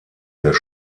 des